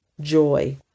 joy